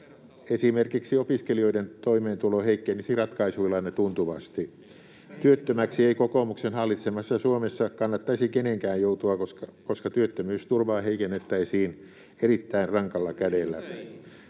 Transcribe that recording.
Esimerkiksi opiskelijoiden toimeentulo heikkenisi ratkaisuillanne tuntuvasti. Työttömäksi ei kokoomuksen hallitsemassa Suomessa kannattaisi kenenkään joutua, koska työttömyysturvaa heikennettäisiin erittäin rankalla kädellä.